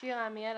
משרד הביטחון.